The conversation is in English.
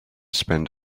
spend